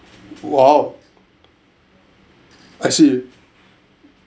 !wow! I see